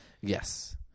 Yes